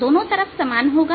दोनों तरफ समान होगा